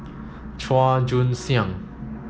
Chua Joon Siang